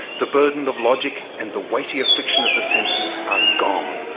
the burden of logic and the weighty affliction of the senses are gone.